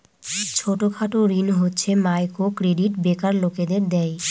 ছোট খাটো ঋণ হচ্ছে মাইক্রো ক্রেডিট বেকার লোকদের দেয়